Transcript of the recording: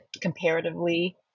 comparatively